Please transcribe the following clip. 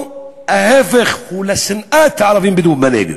או ההפך, משנאת הערבים בנגב,